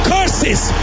Curses